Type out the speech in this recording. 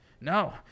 no